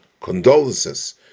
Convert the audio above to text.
condolences